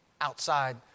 outside